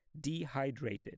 dehydrated